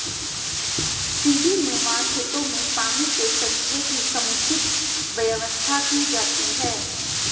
सीढ़ीनुमा खेतों में पानी के संचय की समुचित व्यवस्था की जाती है